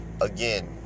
again